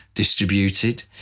distributed